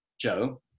Joe